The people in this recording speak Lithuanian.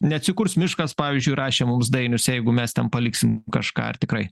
neatsikurs miškas pavyzdžiui rašė mums dainius jeigu mes ten paliksim kažką ar tikrai